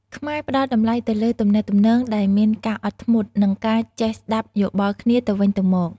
ខ្មែរផ្ដល់តម្លៃទៅលើទំនាក់ទំនងដែលមានការអត់ធ្មត់ និងការចេះស្ដាប់យោបល់គ្នាទៅវិញទៅមក។